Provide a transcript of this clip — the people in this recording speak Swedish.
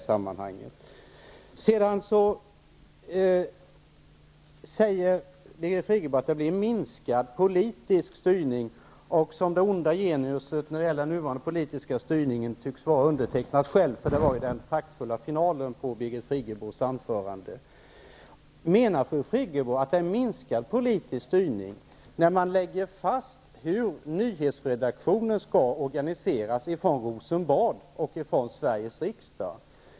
Sedan säger Birgit Friggebo att det blir minskad politisk styrning och pekar ut mig som den onda geniusen när det gäller den nuvarande politiska styrningen, för det var ju den praktfulla finalen på Menar fru Friggebo att det är minskad politisk styrning när man från Rosenbad och från Sveriges riksdag lägger fast hur nyhetsredaktionen skall organiseras?